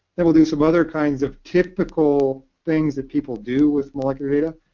then we'll do some other kinds of typical things that people do with molecular data.